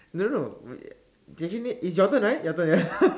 no no we isn't it is your turn right your turn ya